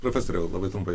profesoriau labai trumpai